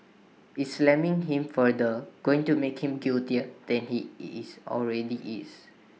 is slamming him further going to make him guiltier than he is already is